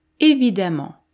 Évidemment